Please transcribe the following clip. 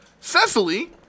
Cecily